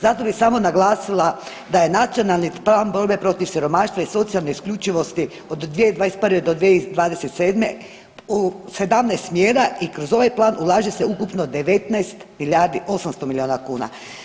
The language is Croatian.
Zato bih samo naglasila da je Nacionalni plan borbe protiv siromaštva i socijalne isključivosti od 2021. do 2027. u 17 mjera i kroz ovaj plan ulaže se ukupno 19 milijardi 800 miliona kuna.